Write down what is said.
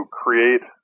create